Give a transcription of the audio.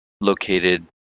located